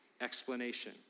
explanation